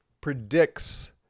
predicts